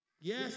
Yes